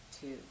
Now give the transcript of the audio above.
two